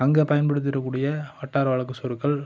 அங்கே பயன்படுத்திகிட்டுருக்கக்கூடிய வட்டார வழக்கு சொற்கள்